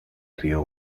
río